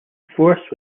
force